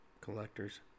collectors